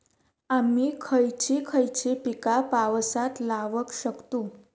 आम्ही खयची खयची पीका पावसात लावक शकतु?